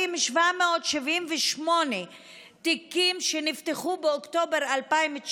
מ-3,778 תיקים שנפתחו באוקטובר 2019